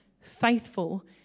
faithful